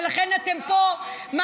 ולכן אתם פה,